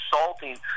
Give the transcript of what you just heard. assaulting